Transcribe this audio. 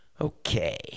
Okay